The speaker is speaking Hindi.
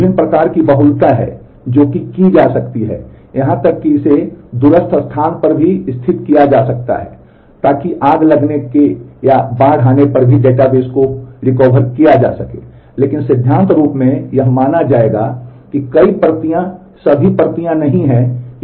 विभिन्न प्रकार की बहुलता है जो कि की जा सकती है यहां तक कि इसे दूरस्थ स्थान पर भी स्थित किया जा सकता है ताकि आग लगने या बाढ़ आने पर भी डेटाबेस को पुनर्प्राप्त किया जा सके लेकिन सिद्धांत रूप में यह माना जाएगा कि कई प्रतियाँ सभी प्रतियाँ नहीं हैं कि एक ही समय में विफल हो सकती हैं